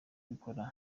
bikora